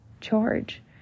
charge